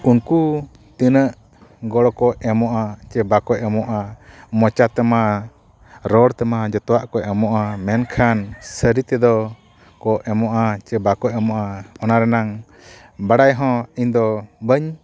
ᱩᱱᱠᱩ ᱛᱤᱱᱟᱹᱜ ᱜᱚᱲᱚ ᱠᱚ ᱮᱢᱚᱜᱼᱟ ᱪᱮ ᱵᱟᱠᱚ ᱮᱢᱚᱜᱼᱟ ᱢᱚᱪᱟ ᱛᱮᱢᱟ ᱨᱚᱲ ᱛᱮᱢᱟ ᱡᱚᱛᱚᱣᱟᱜ ᱠᱚ ᱮᱢᱚᱜᱼᱟ ᱢᱮᱱᱠᱷᱟᱱ ᱥᱟᱹᱨᱤ ᱛᱮᱫᱚ ᱠᱚ ᱮᱢᱚᱜᱼᱟ ᱪᱮ ᱵᱟᱠᱚ ᱮᱢᱚᱜᱼᱟ ᱚᱱᱟ ᱨᱮᱱᱟᱜ ᱵᱟᱰᱟᱭ ᱦᱚᱸ ᱤᱧᱫᱚ ᱵᱟᱹᱧ